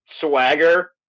swagger